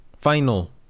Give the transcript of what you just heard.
final